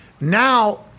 now